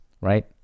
Right